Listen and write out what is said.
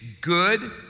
good